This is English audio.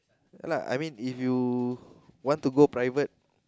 ya lah I mean if you want to go private